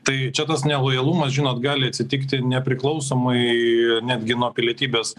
tai čia tas nelojalumas žinot gali atsitikti nepriklausomai netgi nuo pilietybės